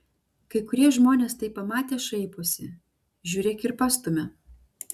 kai kurie žmonės tai pamatę šaiposi žiūrėk ir pastumia